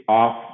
off